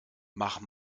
mach